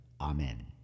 Amen